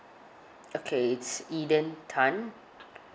okay it's eden tan